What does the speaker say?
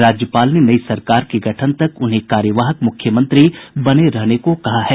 राज्यपाल ने नयी सरकार के गठन तक उन्हें कार्यवाहक मुख्यमंत्री बने रहने को कहा है